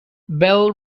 bell